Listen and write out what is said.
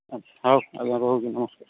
ହଉ ଆଜ୍ଞା ରହୁଛି ନମସ୍କାର